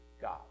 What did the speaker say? God